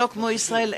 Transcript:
שלא כמו ישראל,